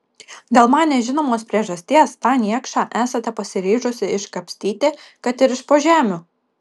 dėl man nežinomos priežasties tą niekšą esate pasiryžusi iškapstyti kad ir iš po žemių